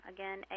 Again